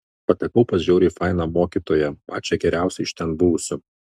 patekau pas žiauriai fainą mokytoją pačią geriausią iš ten buvusių